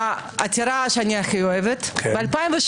והעתירה שאני הכי אוהבת ב-2017